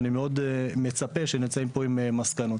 ואני מאוד מצפה שנצא מפה עם מסקנות.